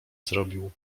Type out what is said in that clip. zrobił